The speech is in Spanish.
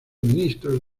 ministros